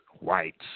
whites